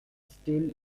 still